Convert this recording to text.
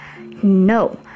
no